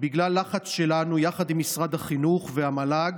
בגלל לחץ שלנו יחד עם משרד החינוך והמל"ג,